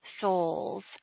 souls